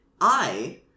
I-